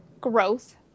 Growth